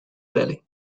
belly